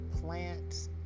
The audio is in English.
plant